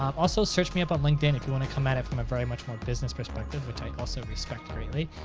um also, search me up on linkedin if you wanna come at it from a very much more business perspective, which i also respect greatly.